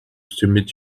submit